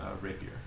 rapier